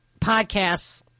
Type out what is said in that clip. podcasts